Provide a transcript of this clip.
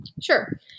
Sure